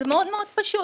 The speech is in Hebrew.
זה מאוד מאוד פשוט,